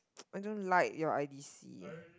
I don't like your I_D_C